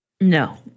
No